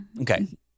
Okay